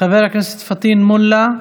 חבר הכנסת פטין מולא,